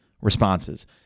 responses